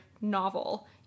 novel